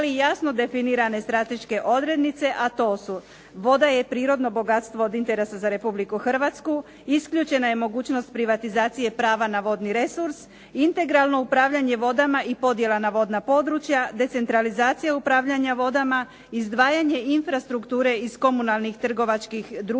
Ali jasno definirane strateške odrednice, a to su voda je prirodno bogatstvo od interesa za Republiku Hrvatsku, isključena je mogućnost privatizacije prava na vodni resurs, integralno upravljanje vodama i podjela na vodna područja, decentralizacija upravljanja vodama, izdvajanje infrastrukture iz komunalnih trgovačkih društava,